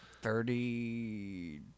Thirty